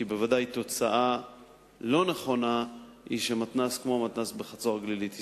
כי ודאי שסגירת מתנ"ס כמו המתנ"ס בחצור-הגלילית היא